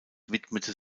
widmete